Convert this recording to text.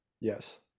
yes